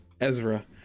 Ezra